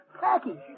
Package